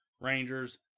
Rangers